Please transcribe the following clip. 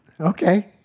Okay